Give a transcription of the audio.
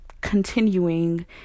continuing